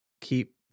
keep